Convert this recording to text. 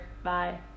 Bye